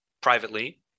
privately